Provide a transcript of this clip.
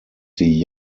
die